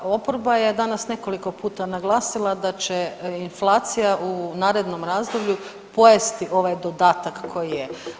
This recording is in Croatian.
Sa, oporba je danas nekoliko puta naglasila da će inflacija u narednom razdoblju pojesti ovaj dodatak koji je.